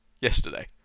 yesterday